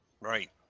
Right